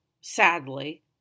Sadly